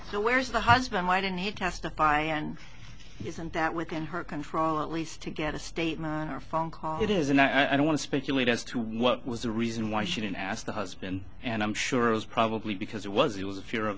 so where's the husband why didn't he testify and isn't that within her control at least to get a statement or phone call it is and i don't want to speculate as to what was the reason why she didn't ask the husband and i'm sure it was probably because it was it was a fear of